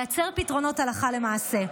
לייצר פתרונות הלכה למעשה.